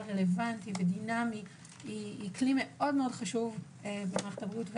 רלוונטי ודינמי היא כלי מאוד חשוב במערכת הבריאות,